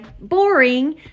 boring